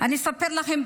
אני אספר לכם.